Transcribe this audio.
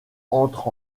entre